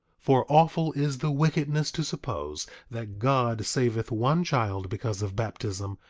for awful is the wickedness to suppose that god saveth one child because of baptism,